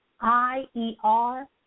I-E-R